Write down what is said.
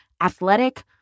athletic